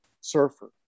surfer